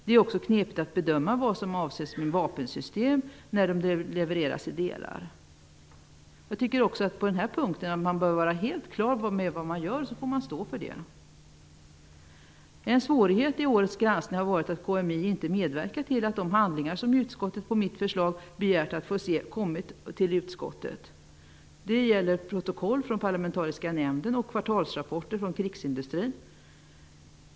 Det är också knepigt att bedöma vad som anses med vapensystem när de levereras i delar. Också på denna punkt bör man vara helt på det klara med vad man gör, och sedan får man stå för det. En svårighet i årets granskning har varit att KMI inte har medverkat till att de handlingar som utskottet på mitt förslag begärde att få se, kommit till utskottet. Det gäller protokoll från parlamentariska nämnden och kvartalsrapporter från krigsindustrin.